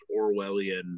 Orwellian